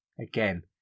Again